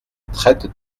traitent